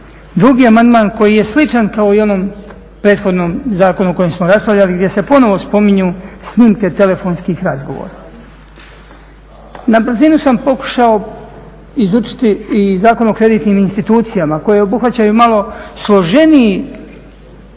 koji je sličan koji je sličan kao i u onom prethodnom zakonu o kojem smo raspravljali gdje se ponovno spominju snimke telefonskih razgovora. Na brzinu sam pokušao izučiti i Zakon o kreditnim institucijama koje obuhvaćaju malo složeniji